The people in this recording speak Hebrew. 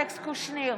אלכס קושניר,